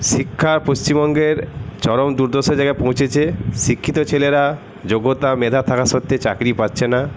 শিক্ষা পশ্চিমবঙ্গের চরম দুর্দশার জায়গায় পৌঁছেছে শিক্ষিত ছেলেরা যোগ্যতা মেধা থাকা সত্ত্বে চাকরি পাচ্ছে না